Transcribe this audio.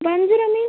வஞ்சரம் மீன்